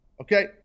Okay